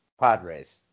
padres